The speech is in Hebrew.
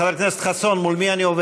חבר הכנסת חסון, מול מי אני עובד?